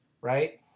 right